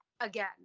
again